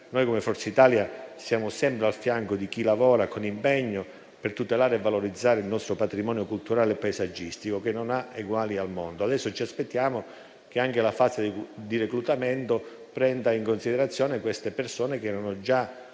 Come Forza Italia siamo sempre al fianco di chi lavora con impegno per tutelare e valorizzare il nostro patrimonio culturale e paesaggistico che non ha eguali al mondo. Ci aspettiamo ora che anche la fase di reclutamento prenda in considerazione queste persone, che sono